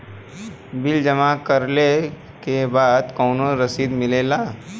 Bill जमा करवले के बाद कौनो रसिद मिले ला का?